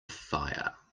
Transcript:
fire